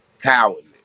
Cowardly